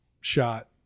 shot